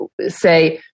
say